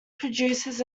produces